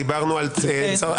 דיברנו על אוסטרליה,